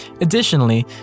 Additionally